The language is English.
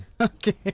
Okay